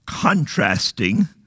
contrasting